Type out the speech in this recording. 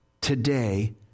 today